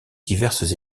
diverses